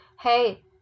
Hey